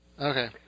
Okay